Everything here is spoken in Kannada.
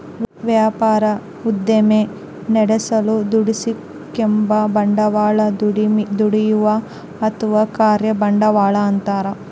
ವ್ಯಾಪಾರ ಉದ್ದಿಮೆ ನಡೆಸಲು ದುಡಿಸಿಕೆಂಬ ಬಂಡವಾಳ ದುಡಿಯುವ ಅಥವಾ ಕಾರ್ಯ ಬಂಡವಾಳ ಅಂತಾರ